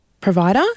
provider